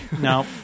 No